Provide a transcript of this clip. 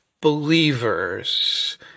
believers